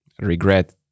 regret